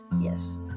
Yes